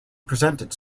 presented